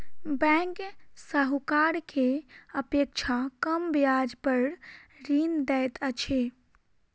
bank साहूकार के अपेक्षा कम ब्याज पर ऋण दैत अछि